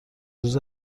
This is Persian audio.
روز